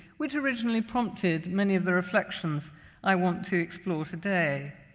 which originally prompted many of the reflections i want to explore today.